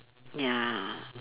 ya